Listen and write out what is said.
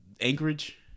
Anchorage